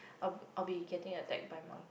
I I'll be getting attacked by monkey